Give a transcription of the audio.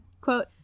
Quote